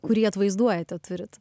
kurį atvaizduojate turit